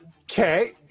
Okay